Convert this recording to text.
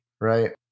Right